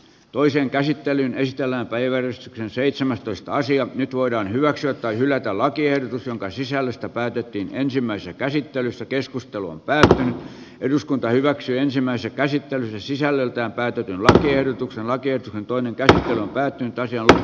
toisen käsittelyn väistellään päivän seitsemästoista sija nyt voidaan hyväksyä tai hylätä lakiehdotus jonka sisällöstä päätettiin ensimmäisessä käsittelyssä keskustelun pään eduskunta hyväksyi ensimmäisen käsittelyn sisällöltään väitetyn säteilytuksen hakee toinen käydä hän väitti tai sieltä